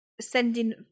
sending